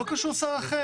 לא קשור שר אחר.